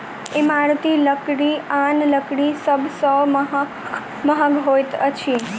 इमारती लकड़ी आन लकड़ी सभ सॅ महग होइत अछि